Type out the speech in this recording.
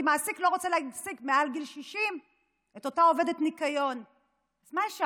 כי מעסיק לא רוצה להעסיק מעל גיל 60 את אותה עובדת ניקיון.